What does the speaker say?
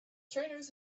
trainers